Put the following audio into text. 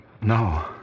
No